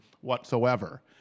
whatsoever